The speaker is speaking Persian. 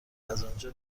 ازآنجا